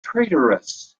traitorous